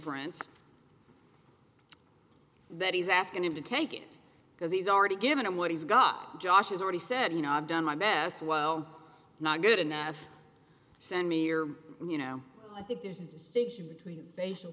inference that he's asking him to take it because he's already given him what he's got josh has already said you know i've done my best well not good enough send me or you know i think there's a distinction between